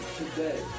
today